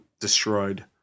destroyed